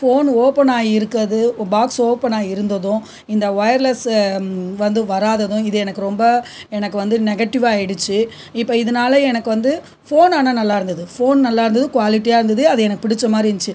phone open ஆகியிருக்கறது box open ஆகி இருந்ததும் இந்த ஒயர்லெஸ் வந்து வராததும் இது எனக்கு ரொம்ப எனக்கு வந்து நெகட்டிவ்வாகிடுச்சி இப்போ இதனால எனக்கு வந்து ஃபோன் ஆனால் நல்லா இருந்தது ஃபோன் நல்லா இருந்தது குவாலிட்டியாக இருந்தது அது எனக்கு பிடிச்ச மாதிரி இருந்துச்சு